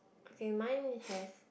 okay mine has